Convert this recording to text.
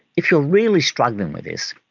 if you are really struggling with this,